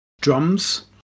drums